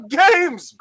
games